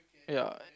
ya